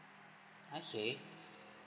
I see